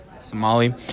somali